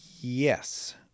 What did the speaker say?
yes